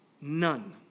none